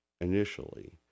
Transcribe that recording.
initially